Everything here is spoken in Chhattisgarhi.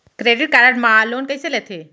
क्रेडिट कारड मा लोन कइसे लेथे?